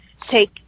take